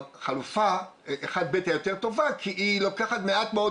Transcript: חלופה 1/ב היא היותר טובה כי היא לוקחת מעט מאוד